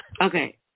Okay